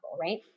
right